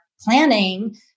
planning